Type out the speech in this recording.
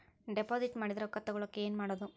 Deposit ಮಾಡಿದ ರೊಕ್ಕ ತಗೋಳಕ್ಕೆ ಏನು ಮಾಡೋದು?